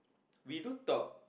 we do talk